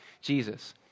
Jesus